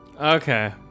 Okay